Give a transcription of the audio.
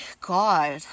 God